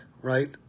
right